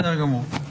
בסדר גמור.